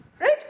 Right